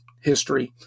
history